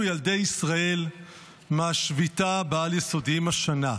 ילדי ישראל מהשביתה בעל-יסודיים השנה.